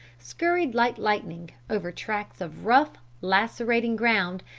scurried like lightning over tracts of rough, lacerating ground,